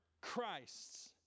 Christ's